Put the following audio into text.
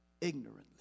ignorantly